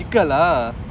lah